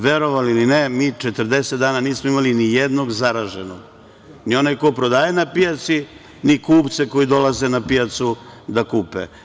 Verovali ili ne, mi 40 dana nismo imali ni jednog zaraženog, ni onaj ko prodaje na pijaci, ni kupci koji dolaze na pijacu da kupe.